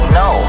no